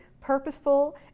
purposeful